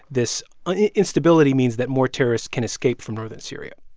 this instability means that more terrorists can escape from northern syria?